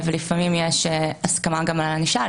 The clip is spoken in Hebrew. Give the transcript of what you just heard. לפעמים יש הסכמה גם על ענישה,